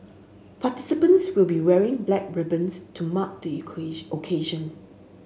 participants will be wearing black ribbons to mark the occasion